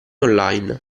online